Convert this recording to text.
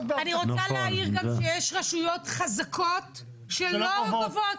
אני רוצה להעיר גם, שיש רשויות חזקות שלא גובות.